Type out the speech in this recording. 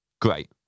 great